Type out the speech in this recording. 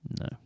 No